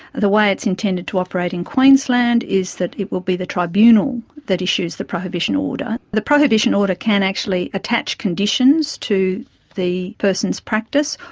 the way it's intended to operate in queensland is that it will be the tribunal that issues the prohibition order. the prohibition order can actually attach conditions to the person's practice,